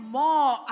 more